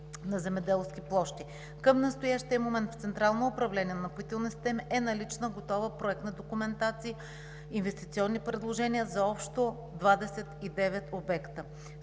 Към настоящия момент в Централно управление „Напоителни системи“ е налична готова проектна документация, инвестиционни предложения за общо 29 обекта